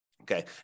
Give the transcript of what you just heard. Okay